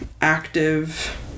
active